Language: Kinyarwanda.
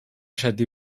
shaddy